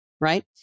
right